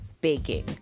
baking